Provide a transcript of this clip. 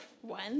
One